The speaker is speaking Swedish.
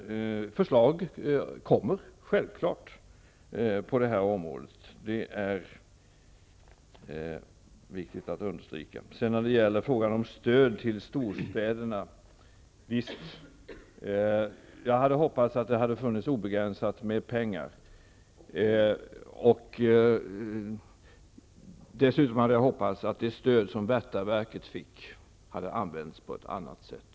Förslag kommer självfallet på detta område -- det är viktigt att understryka det. När det sedan gäller stöd till storstäderna hade jag naturligtvis hoppats att det hade funnits obegränsat med pengar och dessutom att det stöd som Värtaverket fick hade använts på ett annat sätt.